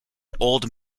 old